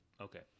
Okay